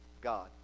God